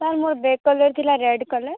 sir ମୋ bag colour ଥିଲା red colour